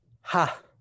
Ha